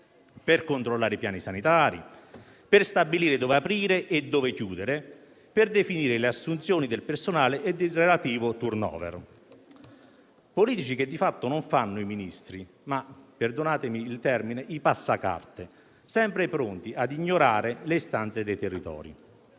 per controllare i piani sanitari, per stabilire dove aprire e dove chiudere, per definire le assunzioni del personale e il relativo *turnover.* Politici che di fatto non fanno i Ministri ma - perdonatemi il termine - i passacarte, sempre pronti ad ignorare le istanze dei territori.